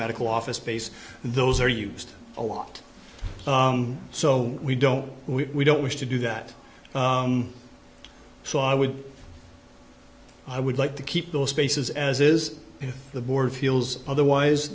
medical office space those are used a lot so we don't we don't wish to do that so i would i would like to keep those spaces as is if the board feels otherwise